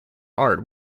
art